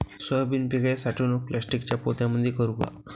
Soybean पिकाची साठवणूक प्लास्टिकच्या पोत्यामंदी करू का?